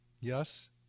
Yes